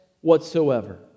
whatsoever